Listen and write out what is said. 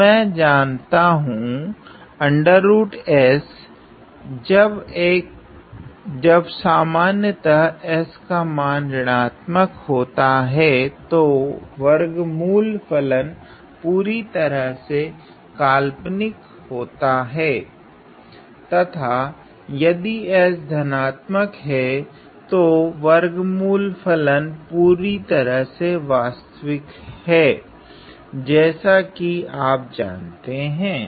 तो मैं जनता हूँ जब समान्यतया s का मान ऋणात्मक होता हैं तो वर्गमूल फलन पूरी तरह से काल्पनिक होता है तथा यदि s धनात्मक है तो वर्गमूल फलन पूरी तरह से वास्तविक जैसा की आप जानते हैं